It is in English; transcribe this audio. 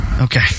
Okay